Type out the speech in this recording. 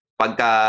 pagka